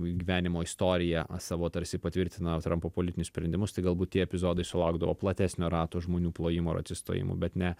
gyvenimo istorija savo tarsi patvirtina trampo politinius sprendimus tai galbūt tie epizodai sulaukdavo platesnio rato žmonių plojimų ar atsistojimų bet ne